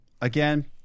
again